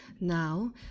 Now